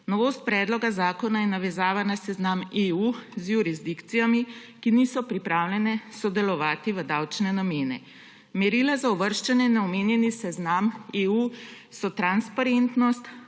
Novost predloga zakona je navezava na seznam EU z jurisdikcijami, ki niso pripravljene sodelovati v davčne namene. Merila za uvrščanje na omenjeni seznam EU so transparentnost,